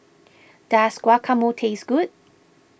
does Guacamole taste good